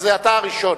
אז אתה הראשון,